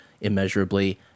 immeasurably